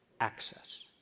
access